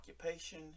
occupation